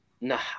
Nah